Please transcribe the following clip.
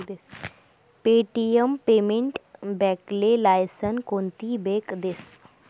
Paytm payment बॅकले licence कोनती bank देस?